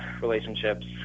relationships